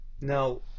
Now